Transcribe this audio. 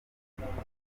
ntibavuga